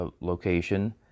Location